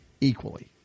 equally